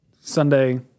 Sunday